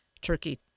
Turkey